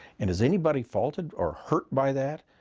and is anybody faulted or hurt by that?